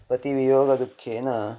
पतिवियोगदुःखेन